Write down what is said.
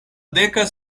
deka